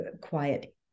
quiet